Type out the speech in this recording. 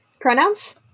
Pronouns